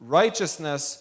righteousness